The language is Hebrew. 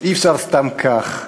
אי-אפשר סתם כך.